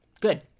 good